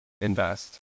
invest